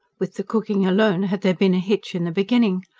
with the cooking alone had there been a hitch in the beginning.